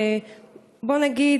שבוא נגיד,